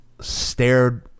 stared